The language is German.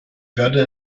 werde